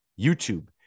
YouTube